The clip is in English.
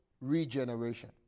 regeneration